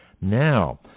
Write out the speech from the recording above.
Now